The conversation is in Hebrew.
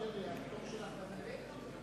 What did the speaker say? מצביעה ג'